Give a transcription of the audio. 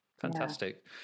Fantastic